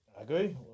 Agree